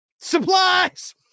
Supplies